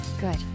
Good